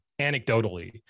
anecdotally